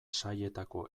sailetako